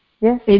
Yes